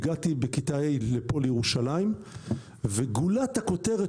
הגעתי בכיתה ה' לפה לירושלים וגולת הכותרת